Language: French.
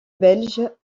belge